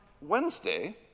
Wednesday